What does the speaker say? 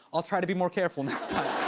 i'll try to be more careful next time.